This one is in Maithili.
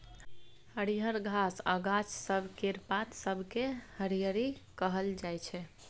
हरियर घास आ गाछ सब केर पात सबकेँ हरियरी कहल जाइ छै